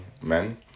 men